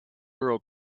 girl